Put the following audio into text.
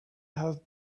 have